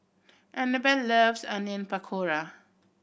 Annabel loves Onion Pakora